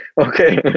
Okay